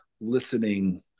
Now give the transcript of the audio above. listening